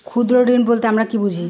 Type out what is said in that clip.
ক্ষুদ্র ঋণ বলতে আমরা কি বুঝি?